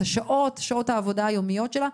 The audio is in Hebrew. את השעות, שעות העבודה היומיות שלה.